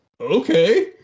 okay